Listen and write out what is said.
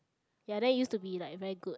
ya then it used to be like very good